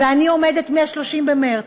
ואני עומדת מ-30 במרס,